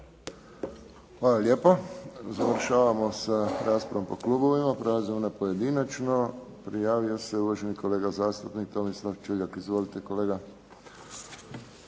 Hvala lijepo. Završavamo sa raspravom po klubovima. Prelazimo na pojedinačno. Prijavio se uvaženi kolega zastupnik Tomislav Čuljak. Izvolite kolega.